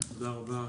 תודה רבה.